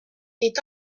est